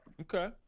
Okay